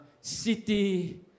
city